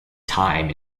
time